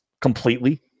completely